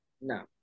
No